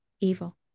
Evil